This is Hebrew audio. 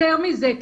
יותר מזה.